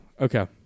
Okay